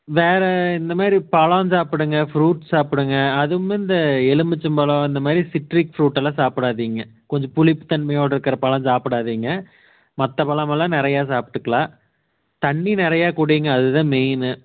வேறு இந்த மாதிரி பழம் சாப்பிடுங்க ஃப்ரூட்ஸ் சாப்பிடுங்க அதுவும் இந்த எலுமிச்சம் பழம் இந்தமாதிரி சிட்ரிக் ஃப்ரூட் எல்லாம் சாப்பிடாதீங்க கொஞ்சம் புளிப்பு தன்மையோட இருக்கிற பழம் சாப்பிடாதீங்க மற்ற பழம் எல்லாம் நிறையா சாப்பிட்டுக்கலாம் தண்ணி நிறையா குடியுங்க அதுதான் மெயினு